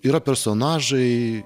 yra personažai